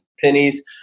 pennies